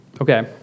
Okay